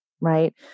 right